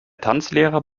tanzlehrer